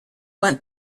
went